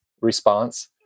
response